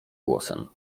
głosem